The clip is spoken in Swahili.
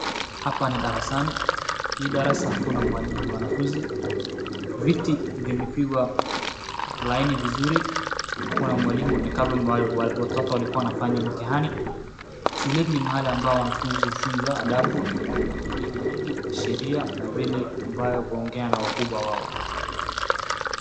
Hapa ni darasani. Hii darasa hakuna mwanafunzi. Viti vimepigwa laini vizuri. hakuna mwalimu ni kama watoto walikuwa wanafanya mtihani. Shuleni ni mahali ambao mtu hufunzwa adabu na mingine mingi, sheria na vile ambayo kuongea na wakubwa wao.